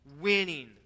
winning